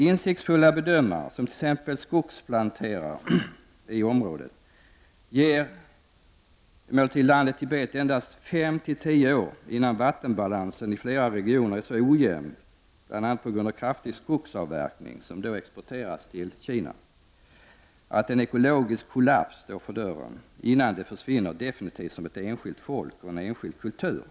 Insiktsfulla bedömare, t.ex. skogsplanterare i området, ger emellertid landet Tibet endast 5--10 år innan vattenbalansen i flera regioner har blivit så ojämn bl.a. på grund av kraftig skogsavverkning -- skog exporteras till Kina -- att en ekologisk kollaps står för dörren innan Tibet försvinner definitivt som ett enskilt folk och en enskild kultur.